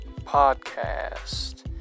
Podcast